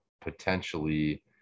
potentially